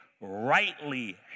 rightly